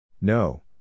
No